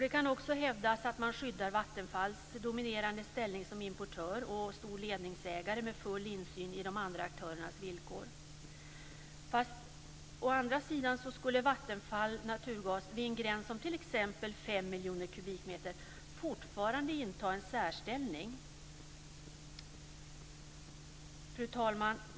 Det kan också hävdas att man skyddar Vattenfalls dominerande ställning som importör och stor ledningsägare med full insyn i de andra aktörernas villkor. Å andra sidan skulle Vattenfall Naturgas vid en gräns om t.ex. 5 miljoner kubikmeter fortfarande inta en särställning. Fru talman!